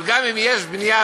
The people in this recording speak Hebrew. אבל גם אם יש בנייה,